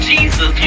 Jesus